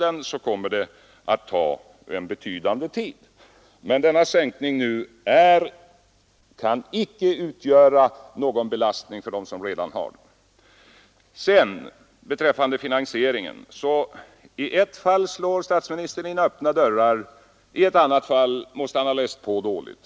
Men den sänkning av pensionsåldern som vi nu föreslår kan inte utgöra en belastning för dem som redan har STP! Vad sedan beträffar finansieringen slår statsministern i ett fall in öppna dörrar, i ett annat fall måste han ha läst på dåligt.